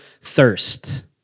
thirst